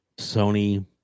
Sony